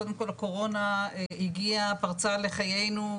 קודם כל הקורונה פרצה לחיינו,